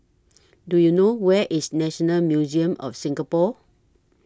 Do YOU know Where IS National Museum of Singapore